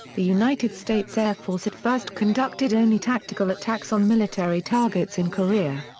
the united states air force at first conducted only tactical attacks on military targets in korea.